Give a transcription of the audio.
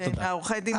הכבוד.